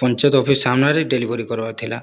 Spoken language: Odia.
ପଞ୍ଚାୟତ ଅଫିସ୍ ସାମ୍ନାରେ ଡେଲିଭରି କରିବାର ଥିଲା